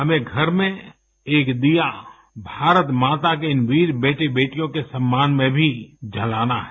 हमें घर में एक दीया भारत माता के इन वीर बेटे बेटियों के सम्मान में भी जलाना है